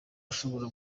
ashobora